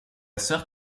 sœur